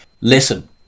listen